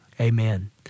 Amen